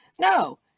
No